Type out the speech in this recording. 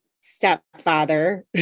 stepfather